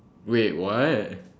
wait what